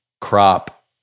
crop